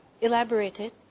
elaborated